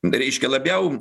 reiškia labiau